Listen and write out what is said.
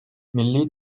milli